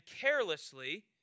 carelessly